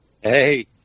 hey